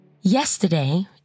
Yesterday